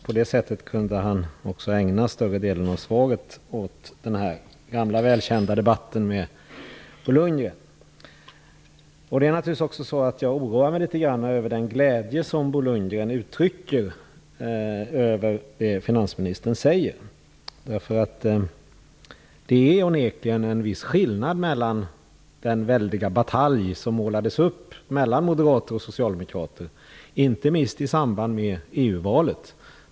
På det sättet kunde han också ägna större delen av svaret åt den gamla välkända debatten med Jag oroar mig naturligtvis också litet grand över den glädje som Bo Lundgren uttrycker över det finansministern säger. Det är onekligen en viss skillnad mot den väldiga batalj som målades upp mellan moderater och socialdemokrater, inte minst i samband med EU-valet.